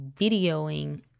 videoing